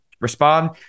respond